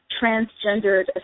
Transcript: transgendered